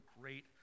great